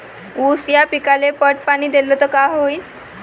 ऊस या पिकाले पट पाणी देल्ल तर काय होईन?